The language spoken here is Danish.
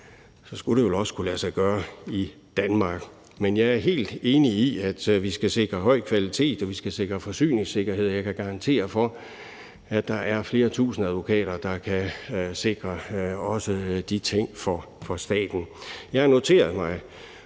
så skulle det vel også kunne lade sig gøre i Danmark. Men jeg er helt enig i, at vi skal sikre høj kvalitet og vi skal sikre forsyningssikkerhed, og jeg kan garantere for, at der er flere tusind advokater, der kan sikre også de ting for staten. Jeg har noteret mig